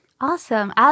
Awesome